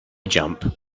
jump